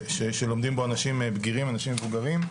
שלומדים בו אנשים בגירים, אנשים מבוגרים,